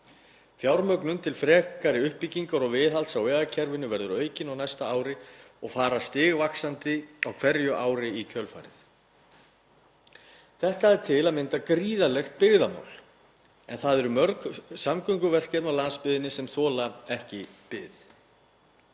Fjármögnun til frekari uppbyggingar og viðhalds á vegakerfinu verður aukin á næsta ári og fer stigvaxandi á hverju ári í kjölfarið. Þetta er til að mynda gríðarlegt byggðamál en það eru mörg samgönguverkefni á landsbyggðinni sem þola ekki bið.